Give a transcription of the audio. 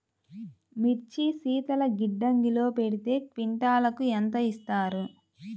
మిర్చి శీతల గిడ్డంగిలో పెడితే క్వింటాలుకు ఎంత ఇస్తారు?